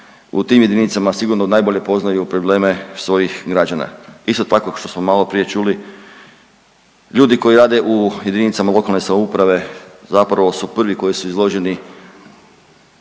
u tim jedinicama sigurno najbolje poznaju probleme svojih građana. Isto tako što smo maloprije čuli, ljudi koji rade u JLS zapravo su prvi koji su izloženi